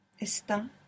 Está